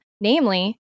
Namely